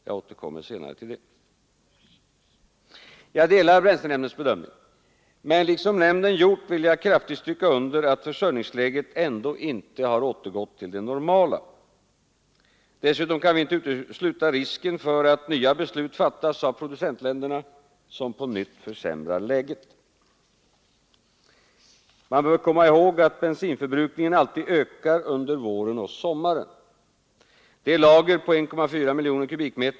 Jag återkommer senare till det. Jag delar bränslenämndens bedömning, men liksom nämnden vill jag kraftigt stryka under att försörjningsläget ändå inte har återgått till det normala. Dessutom kan vi inte utesluta risken för att nya beslut fattas av producentländerna som på nytt försämrar läget. Man bör komma ihåg att bensinförbrukningen alltid ökar under våren och sommaren. Det lager på 1,4 miljoner m?